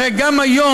הרי גם היום,